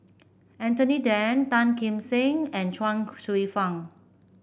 Anthony Then Tan Kim Seng and Chuang Hsueh Fang